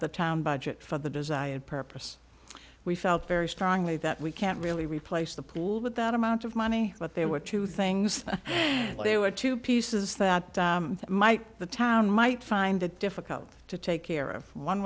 the town budget for the desired purpose we felt very strongly that we can't really replace the pool with that amount of money but there were two things there were two pieces that might the town might find it difficult to take care of one